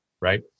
right